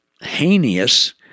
heinous